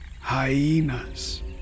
Hyenas